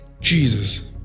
Jesus